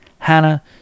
Hannah